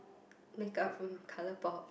makeup from ColourPop